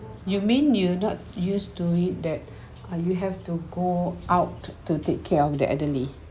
you mean you're not used to it that uh you have to go out to take care of the elderly